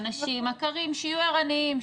מכרים שיהיו ערניים,